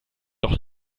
doch